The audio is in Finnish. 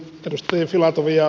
arvoisa puhemies